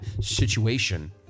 situation